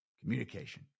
communication